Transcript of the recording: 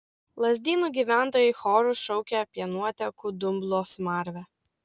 lazdynų gyventojai choru šaukė apie nuotekų dumblo smarvę